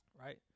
right